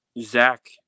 Zach